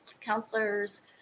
counselors